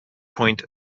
point